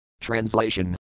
Translation